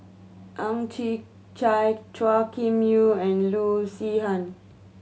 Ang Chwee Chai Chua Kim Yeow and Loo Zihan